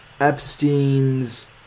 Epstein's